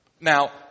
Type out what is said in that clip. Now